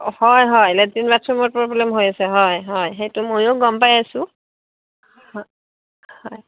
হয় হয় লেট্ৰিন বাথৰুমৰ প্ৰ'ব্লেম হৈ আছে হয় হয় সেইটো ময়ো গম পাই আছো হয় হয়